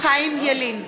חיים ילין,